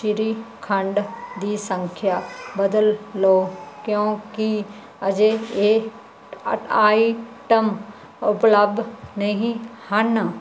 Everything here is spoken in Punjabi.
ਸ਼੍ਰੀਖੰਡ ਦੀ ਸੰਖਿਆ ਬਦਲ ਲੋ ਕਿਉਂਕਿ ਅਜੇ ਇਹ ਆਈਟਮ ਉਪਲੱਬਧ ਨਹੀਂ ਹਨ